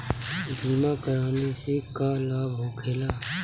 बीमा कराने से का लाभ होखेला?